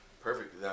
Perfect